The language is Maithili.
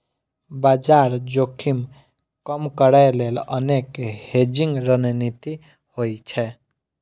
बाजार जोखिम कम करै लेल अनेक हेजिंग रणनीति होइ छै